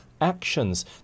actions